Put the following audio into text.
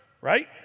right